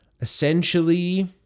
essentially